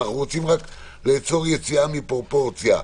אנחנו רוצים רק לעצור יציאה מפרופורציה.